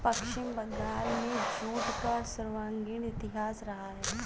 पश्चिम बंगाल में जूट का स्वर्णिम इतिहास रहा है